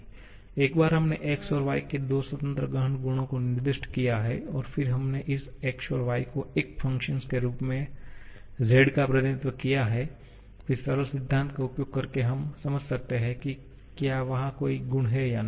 एक बार हमने x और y दो स्वतंत्र गहन गुणों को निर्दिष्ट किया है और फिर हमने इस x और y को एक फ़ंक्शन के रूप में z का प्रतिनिधित्व किया है फिर सरल सिद्धांत का उपयोग करके हम समझ सकते हैं कि क्या वहा कोई गुण है या नहीं